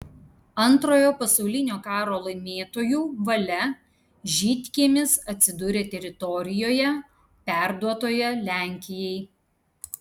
antrojo pasaulinio karo laimėtojų valia žydkiemis atsidūrė teritorijoje perduotoje lenkijai